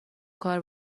کار